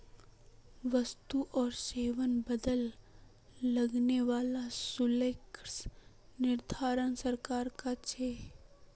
वस्तु आर सेवार बदला लगने वाला शुल्केर निर्धारण सरकार कर छेक